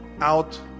out